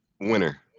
winner